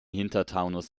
hintertaunus